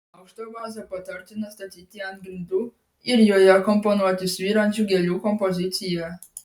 aukštą vazą patartina statyti ant grindų ir joje komponuoti svyrančių gėlių kompoziciją